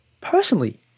personally